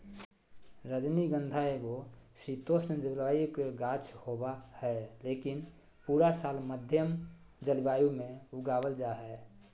रजनीगंधा एगो शीतोष्ण जलवायु के गाछ होबा हय, लेकिन पूरा साल मध्यम जलवायु मे उगावल जा हय